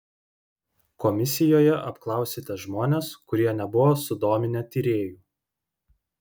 komisijoje apklausėte žmones kurie nebuvo sudominę tyrėjų